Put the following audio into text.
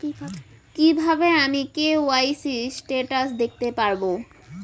কিভাবে আমি KYC status দেখতে পারবো?